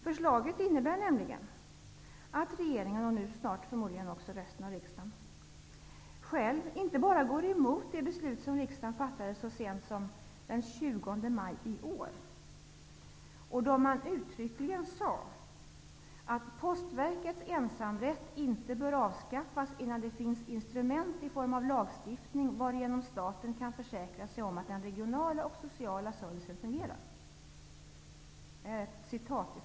Förslaget innebär att regeringen, och nu snart förmodligen också riksdagen, inte bara går emot det beslut som riksdagen fattade så sent som den 20 maj i år, då man uttryckligen sade ''att Postverkets ensamrätt inte bör avskaffas innan det finns instrument i form av lagstiftning varigenom staten kan försäkra sig om att den regionala och sociala servicen fungerar''. Så stod det i betänkandet.